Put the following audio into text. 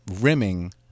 rimming